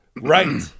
right